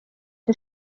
die